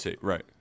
Right